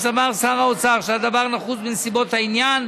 סבר שר האוצר שהדבר נחוץ בנסיבות העניין,